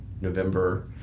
November